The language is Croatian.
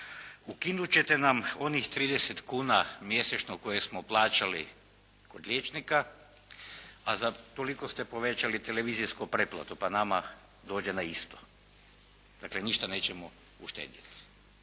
Ukinut ćete nam onih 30 kuna mjesečno koje smo plaćali kod liječnika, a za toliko ste povećali televizijsku pretplatu, pa nama dođe na isto. Dakle, ništa nećemo uštedjeti.